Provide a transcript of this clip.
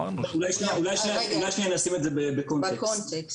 אולי שנייה נשים את זה בקונטקסט.